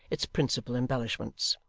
its principal embellishments.